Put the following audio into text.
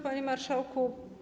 Panie Marszałku!